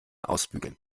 ausbügeln